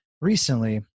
recently